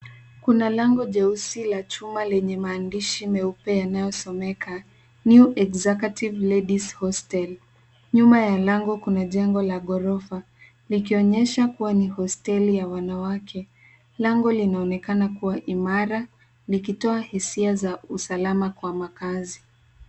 Kuna lango jeusi la chuma lenye maandishi meupe yanayosomeka, new executive ladies hostel. Nyuma ya lango kuna jengo la ghorofa likionyesha kuwa ni hosteli ya wanawake. Lango linaonekana kuwa imara likitoa hisia za usalama kwa makaazi.